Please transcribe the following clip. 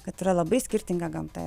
kad yra labai skirtinga gamta